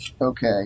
Okay